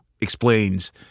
explains